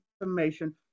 information